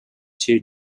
two